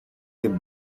την